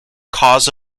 cause